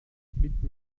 mitten